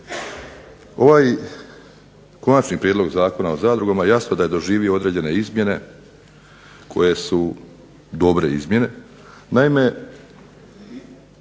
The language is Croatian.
Ovaj KOnačni prijedlog Zakona o zadrugama jasno da je doživio određene izmjene koje su dobre izmjene.